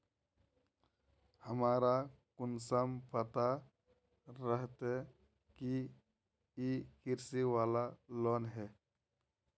हमरा कुंसम पता रहते की इ कृषि वाला लोन है?